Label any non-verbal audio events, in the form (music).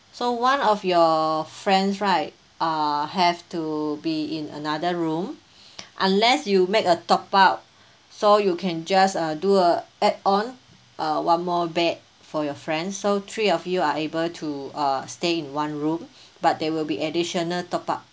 so one of your friends right uh have to be in another room (breath) unless you make a top up so you can just uh do a add on uh one more bed for your friends so three of you are able to uh stay in one room (breath) but there will be additional top up